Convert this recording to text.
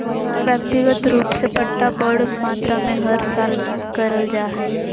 व्यक्तिगत रूप से पट्टा बड़ मात्रा मे हर साल करल जा हय